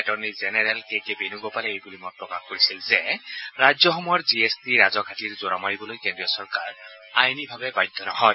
attorney general K K বেণুগোপালে এইবুলি মত প্ৰকাশ কৰিছিল যে ৰাজ্যসমূহৰ জি এছ টিৰ ৰাজহ ঘাটিৰ যোৰা মাৰিবলৈ কেন্দ্ৰীয় চৰকাৰ আইনী ভাৱে বাধ্য নহয়